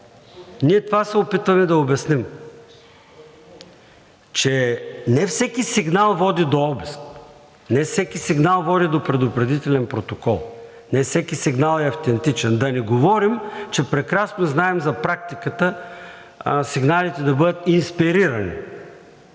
Ние това се опитваме да обясним – че не всеки сигнал води до обиск, не всеки сигнал води до предупредителен протокол, не всеки сигнал е автентичен. Да не говорим, че прекрасно знаем за практиката сигналите да бъдат инспирирани.